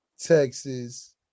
Texas